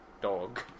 dog